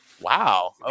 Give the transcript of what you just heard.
wow